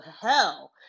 hell